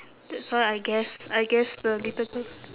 that's why I guess I guess the little girl